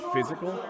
physical